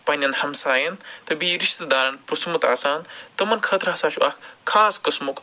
پَنٛنیٚن ہمسایَن تہٕ بیٚیہِ رِشتہٕ دارَن پرژھمُت آسان تِمَن خٲطرٕ ہسا چھُ اَکھ خاص قسمُک غزا